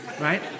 Right